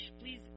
Please